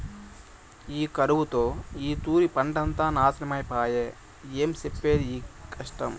నీటి కరువుతో ఈ తూరి పంటంతా నాశనమై పాయె, ఏం సెప్పేది కష్టం